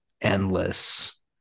endless